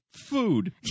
food